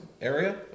area